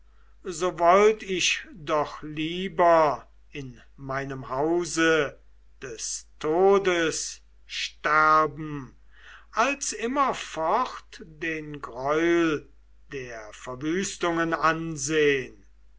so wollt ich doch lieber in meinem hause des todes sterben als immerfort den greul der verwüstungen ansehn